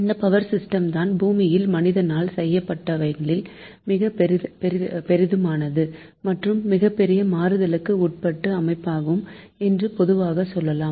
இந்த power system தான் பூமியில் மனிதனால் செய்யப்பட்டவைகளில் மிகப்பெரிதுமானதும் மற்றும் மிகப்பெரிய மாறுதலுக்கு உட்படும் அமைப்பாகும் என்று பொதுவாக சொல்லலாம்